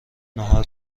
نهار